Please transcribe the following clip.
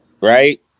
right